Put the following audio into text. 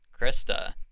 Krista